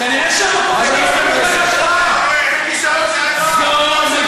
חבר הכנסת יואל חסון.